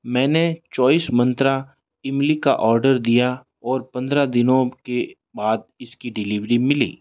मैंने Choice Mantra इमली का ऑर्डर दिया और पंद्रह दिनों के बाद इसकी डिलीवरी मिली